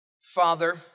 Father